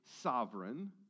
sovereign